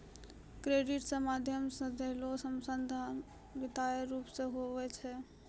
credit रो माध्यम से देलोगेलो संसाधन वित्तीय रूप मे हुवै छै